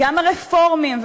גם הרפורמים,